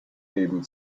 neben